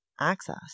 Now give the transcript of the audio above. access